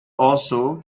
also